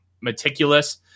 meticulous